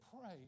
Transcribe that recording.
pray